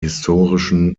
historischen